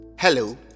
Hello